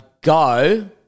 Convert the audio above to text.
go